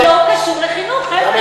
זה לא קשור לחינוך, חבר'ה.